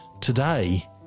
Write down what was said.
today